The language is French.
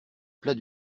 plat